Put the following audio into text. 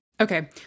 Okay